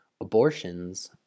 Abortions